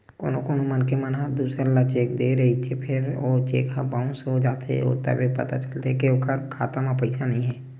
कोनो कोनो मनखे ह दूसर ल चेक दे रहिथे फेर ओ चेक ह बाउंस हो जाथे तभे पता चलथे के ओखर खाता म पइसा नइ हे